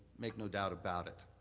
make no doubt about it.